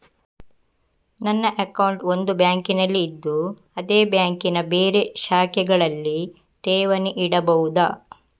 ನನ್ನ ಅಕೌಂಟ್ ಒಂದು ಬ್ಯಾಂಕಿನಲ್ಲಿ ಇದ್ದು ಅದೇ ಬ್ಯಾಂಕಿನ ಬೇರೆ ಶಾಖೆಗಳಲ್ಲಿ ಠೇವಣಿ ಇಡಬಹುದಾ?